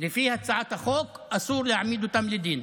לפי הצעת החוק אסור להעמיד אותו לדין.